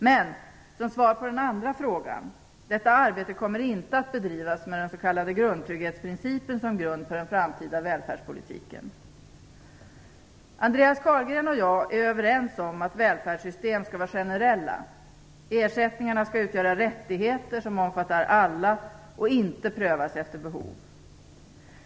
Men - som svar på den andra frågan - detta arbete kommer inte att bedrivas med den s.k. grundtrygghetsprincipen som grund för den framtida välfärdspolitiken. Andreas Carlgren och jag är överens om att välfärdssystem skall vara generella - ersättningarna skall utgöra rättigheter som omfattar alla och inte prövas efter behov.